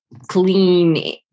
clean